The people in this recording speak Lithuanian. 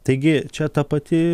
taigi čia ta pati